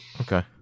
okay